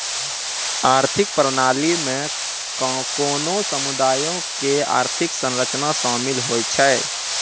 आर्थिक प्रणाली मे कोनो समुदायो के आर्थिक संरचना शामिल होय छै